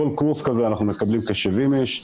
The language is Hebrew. בכל קורס כזה אנחנו מקבלים כ-70 איש,